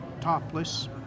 topless